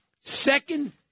Second